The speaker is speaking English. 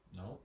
no